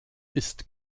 ist